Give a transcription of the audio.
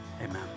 amen